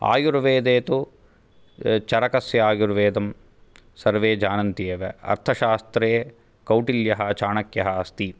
आयुर्वेदे तु चरकस्य आयुर्वेदं सर्वे जानन्ति एव अर्थशास्त्रे कौटिल्यः चाणक्यः अस्ति